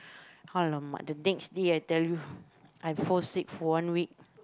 !alamak! the next day I tell you I fall sick for one week